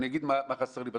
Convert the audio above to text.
אני אגיד מה חסר לי בדוח.